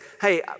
hey